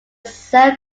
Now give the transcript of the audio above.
self